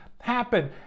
happen